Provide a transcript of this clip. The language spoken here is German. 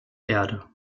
erde